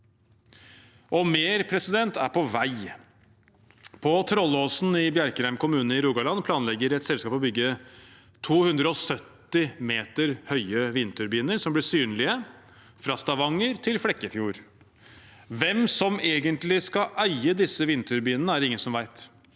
og mer er på vei. På Trollåsen i Bjerkreim kommune i Rogaland planlegger et selskap å bygge 270 meter høye vindturbiner som blir synlige fra Stavanger til Flekkefjord. Hvem som egentlig skal eie disse vindturbinene, er det ingen som vet.